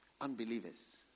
unbelievers